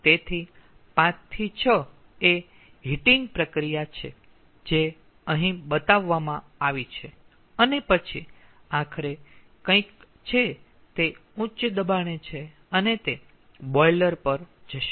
તેથી 5 થી 6 એ હીટિંગ પ્રક્રિયા છે જે અહીં બતાવવામાં આવી છે અને પછી આખરે કંઈક છે તે ઉચ્ચ દબાણે છે અને તે બોઈલર પર જશે